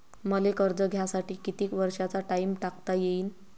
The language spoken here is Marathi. मले कर्ज घ्यासाठी कितीक वर्षाचा टाइम टाकता येईन?